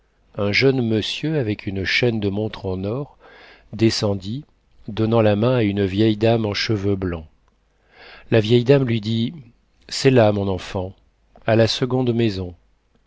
un jeune monsieur avec une chaîne de montre en or descendit donnant la main à une vieille dame en cheveux blancs la vieille dame lui dit c'est là mon enfant à la seconde maison